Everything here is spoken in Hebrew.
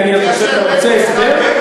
אתה רוצה הסבר?